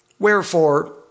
Wherefore